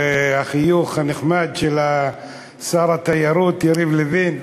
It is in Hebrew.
החיוך הנחמד של שר התיירות יריב לוין,